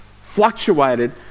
fluctuated